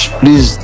please